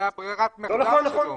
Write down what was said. זו ברירת המחדל של.